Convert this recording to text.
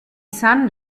san